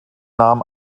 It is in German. nahm